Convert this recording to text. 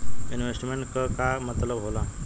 Investment क का मतलब हो ला?